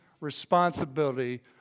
responsibility